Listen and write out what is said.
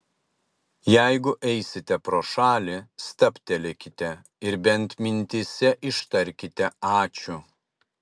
jeigu eisite pro šalį stabtelėkite ir bent mintyse ištarkite ačiū